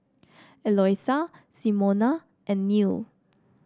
Eloisa Simona and Neal